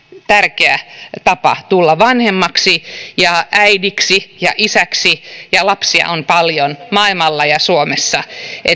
tärkeä tapa tulla vanhemmaksi äidiksi ja isäksi lapsia on paljon maailmalla ja suomessa